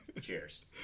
Cheers